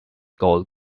gold